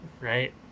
right